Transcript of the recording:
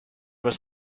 were